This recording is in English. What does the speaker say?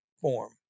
form